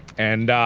and